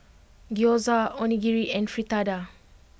Gyoza Onigiri and Fritada